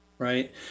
Right